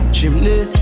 Chimney